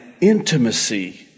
intimacy